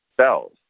cells